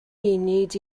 munud